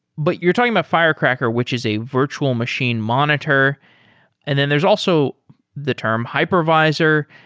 but you're talking about firecracker, which is a virtual machine monitor and then there's also the term hypervisor.